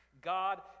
God